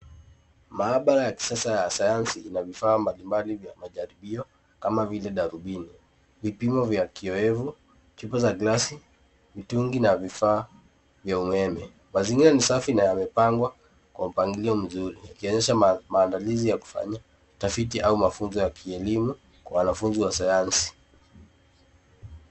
Maabara ya kisasa ya sayansi ina vifaa mbalimbali vya majaribio, kama vile darubini. Vipimo vya kiwevu, chupa za glasi, mitungi na vifaa vya umeme. Mazingira ni safi na yamepangwa kwa mpangilio mzuri ukionyesha maandalizi ya kufanya utafiti au mafunzo ya kielimu kwa wanafunzi wa sayansi.